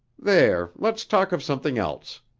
there, let's talk of something else.